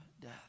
death